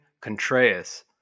Contreras